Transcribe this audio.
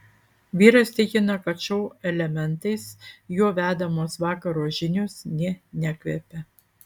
vyras tikina kad šou elementais jo vedamos vakaro žinios nė nekvepia